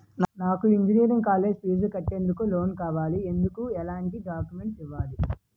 నాకు engineering college fees కట్టేందుకు loan కావాలి, ఎందుకు ఎలాంటి డాక్యుమెంట్స్ ఇవ్వాలి?